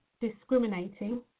discriminating